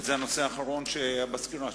זה הנושא האחרון בסקירה שלך?